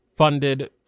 Funded